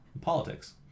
politics